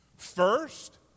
First